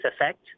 effect